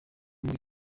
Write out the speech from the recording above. muri